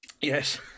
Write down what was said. Yes